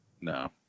no